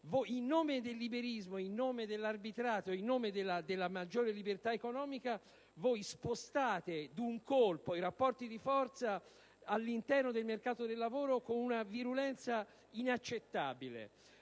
In nome del liberismo, in nome dell'arbitrato e in nome della maggiore libertà economica voi spostate d'un colpo i rapporti di forza interni al mercato del lavoro con una virulenza inaccettabile;